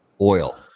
oil